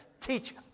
teach